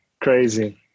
crazy